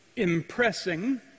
impressing